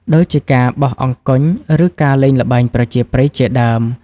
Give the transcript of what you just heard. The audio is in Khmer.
ដូចជាការបោះអង្គញ់ ឬការលេងល្បែងប្រជាប្រិយជាដើម។